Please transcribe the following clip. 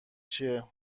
چیه